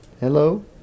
Hello